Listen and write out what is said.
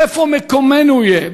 איפה מקומנו יהיה,